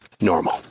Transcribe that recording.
normal